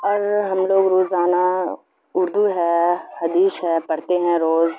اور ہم لوگ روزانہ اردو ہے حدیث ہے پڑھتے ہیں روز